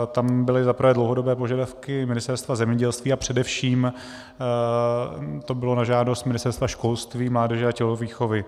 Tam byly za prvé dlouhodobé požadavky Ministerstva zemědělství a především to bylo na žádost Ministerstva školství, mládeže a tělovýchovy.